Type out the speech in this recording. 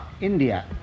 India